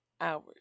hours